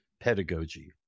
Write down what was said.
pedagogy